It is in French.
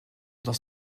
dans